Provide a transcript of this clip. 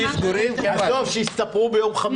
עזוב, שיסתפרו ביום חמישי.